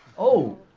oh,